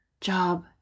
Job